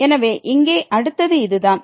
எனவே இங்கே அடுத்தது இதுதான்